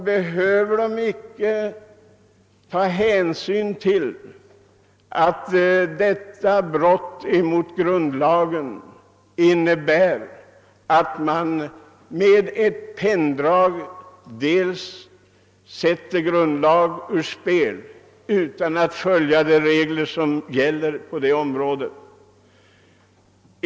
Behöver de icke ge akt på att detta förslag innebär, att man utan hänsyn till gällande regler med ett penndrag sätter grundlag ur spel?